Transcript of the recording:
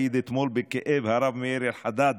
העיד אתמול בכאב הרב מאיר אלחדד,